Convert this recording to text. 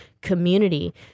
community